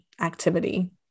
activity